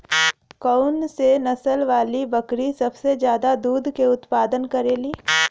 कौन से नसल वाली बकरी सबसे ज्यादा दूध क उतपादन करेली?